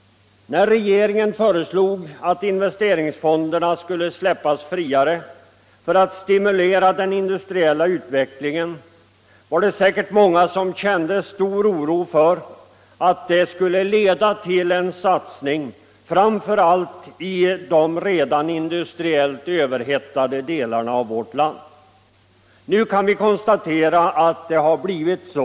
När regeringen föreslog att investeringsfonderna skulle släppas friare, för att stimulera den industriella utvecklingen, var vi säkert många som kände stor oro för att detta skulle leda till en satsning framför allt i de redan industriellt överhettade delarna av vårt land. Nu kan vi konstatera att det har blivit så.